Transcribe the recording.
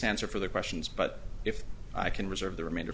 to answer for the questions but if i can reserve the remainder